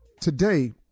Today